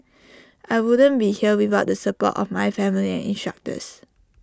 I wouldn't be here without the support of my family instructors